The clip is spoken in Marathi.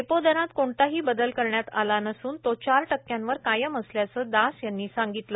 रेपो दरात कोणताही बदल करण्यात आला नसून तो चार टक्क्यांवर कायम असल्याचं दास यांनी सांगितलं